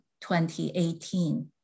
2018